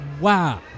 Wow